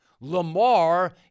Lamar